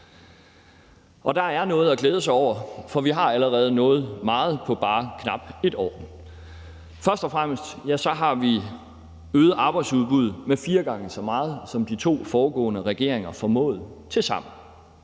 og der er noget at glæde sig over, for vi har allerede nået meget på bare knap et år. Først og fremmest har vi øget arbejdsudbuddet med fire gange så meget, som de to foregående regeringer formåede tilsammen.